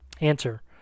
Answer